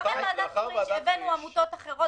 אחרי ועדת פריש הבאנו עמותות אחרות